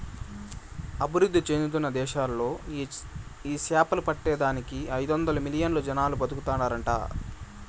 అభివృద్ధి చెందుతున్న దేశాలలో ఈ సేపలు పట్టే దానికి ఐదొందలు మిలియన్లు జనాలు బతుకుతాండారట